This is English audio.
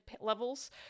levels